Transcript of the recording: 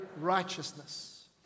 righteousness